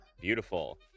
Beautiful